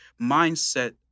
mindset